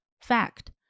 Fact